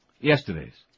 Yesterday's